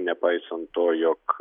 nepaisant to jog